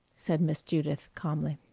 said miss judith, calmly.